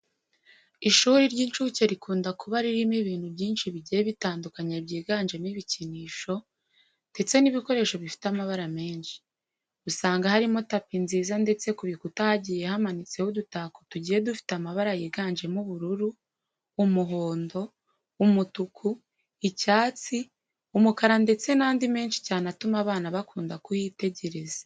Ishuri ry'inshuke rikunda kuba ririmo ibintu byinshi bigiye bitandukanye byiganjemo ibikinisho, ndetse n'ibikoresho bifite amabara menshi. Usanga harimo tapi nziza ndetse ku bikuta hagiye hamanitseho udutako tugiye dufite amabara yiganjemo ubururu, umuhondo, umutuku, icyatsi, umukara ndetse n'andi menshi cyane atuma abana bakunda kuhitegereza.